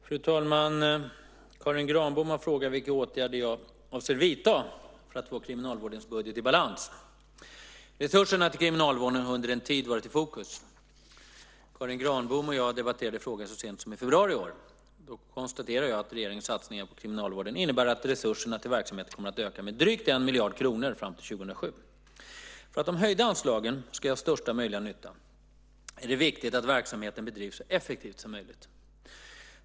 Fru talman! Karin Granbom har frågat vilka åtgärder jag avser att vidta för att få kriminalvårdens budget i balans. Resurserna till kriminalvården har under en tid varit i fokus. Karin Granbom och jag debatterade frågan så sent som i februari i år. Då konstaterade jag att regeringens satsningar på kriminalvården innebär att resurserna till verksamheten kommer att öka med drygt 1 miljard kronor fram till 2007. För att de höjda anslagen ska göra största möjliga nytta är det viktigt att verksamheten bedrivs så effektivt som möjligt.